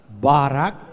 Barak